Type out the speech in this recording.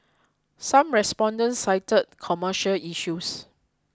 some respondents cited commercial issues